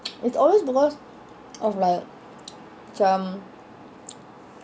it's always because of like macam